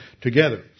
together